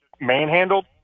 manhandled